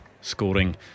scoring